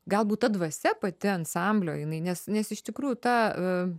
galbūt ta dvasia pati ansamblio jinai nes nes iš tikrųjų ta